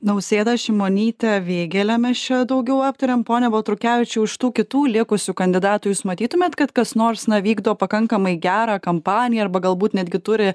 nausėdą šimonytę vėgėlę mes čia daugiau aptarėm pone baltrukevičiau iš tų kitų likusių kandidatų jūs matytumėt kad kas nors na vykdo pakankamai gerą kampaniją arba galbūt netgi turi